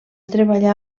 treballar